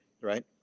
right